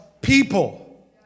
people